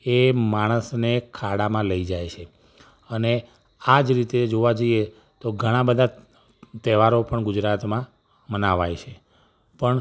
એ માણસને ખાડામાં લઇ જાય છે અને આ જ રીતે જોવા જઈએ તો ઘણાં બધા તહેવારો પણ ગુજરાતમાં મનાવાય છે પણ